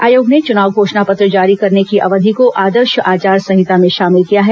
आयोग ने चुनाव घोषणा पत्र जारी करने की अवधि को आदर्श आचार संहिता में शामिल किया है